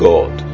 God